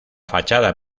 fachada